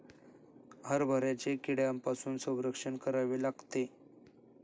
हरभऱ्याचे कीड्यांपासून संरक्षण करावे लागते